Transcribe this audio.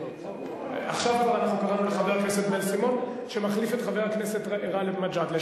עכשיו כבר קראנו לחבר הכנסת בן-סימון שמחליף את חבר הכנסת גאלב מג'אדלה.